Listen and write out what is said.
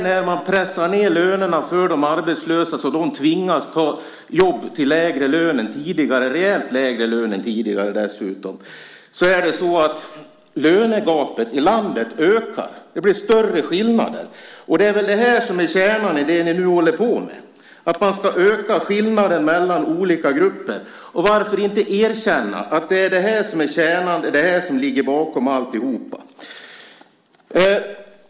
När man pressar ned lönerna för de arbetslösa tvingas de ta jobb till lägre lön än tidigare, och dessutom rejält lägre. Lönegapet i landet ökar. Skillnaderna blir större. Det är väl det som är kärnan i det ni nu håller på med, alltså att öka skillnaderna mellan olika grupper. Varför inte erkänna att det är det som är kärnan, att det är det som ligger bakom alltsammans?